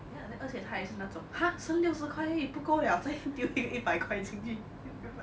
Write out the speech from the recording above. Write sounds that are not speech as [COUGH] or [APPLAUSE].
ya then 而且她也是那种 !huh! 省六十块而已不够了在丢一个一百块进去 [LAUGHS] then I am like